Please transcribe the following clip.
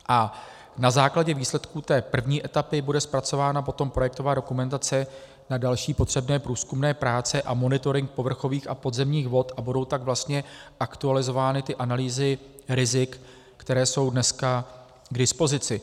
A na základě výsledků první etapy bude zpracována potom projektová dokumentace na další potřebné průzkumné práce a monitoring povrchových a podzemních vod, a budou tak vlastně aktualizovány analýzy rizik, které jsou dneska k dispozici.